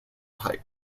type